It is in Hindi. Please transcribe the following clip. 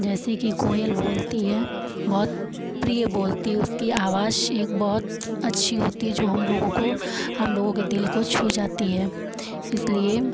जैसे कि कोयल बोलती है बहुत प्रिय बोलती है उसकी आवाज एक बहुत अच्छी होती है जो हम लोगों को हम लोग के दिल को छू जाती है इसलिए